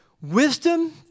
wisdom